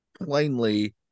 plainly